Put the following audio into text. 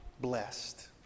blessed